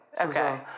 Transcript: Okay